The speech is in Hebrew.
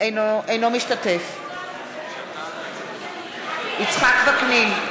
אינו משתתף בהצבעה יצחק וקנין,